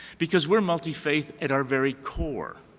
because we're multi-faith at our very core.